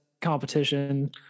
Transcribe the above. competition